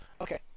Okay